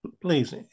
Please